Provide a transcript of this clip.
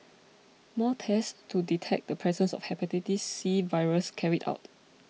more tests to detect the presence of Hepatitis C virus carried out